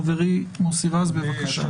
חברי מוסי רז, בבקשה.